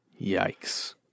Yikes